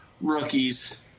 rookies